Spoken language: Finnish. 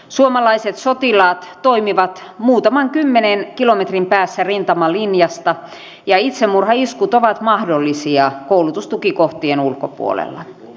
suomalaiset sotilaat toimivat muutaman kymmenen kilometrin päässä rintamalinjasta ja itsemurhaiskut ovat mahdollisia koulutustukikohtien ulkopuolella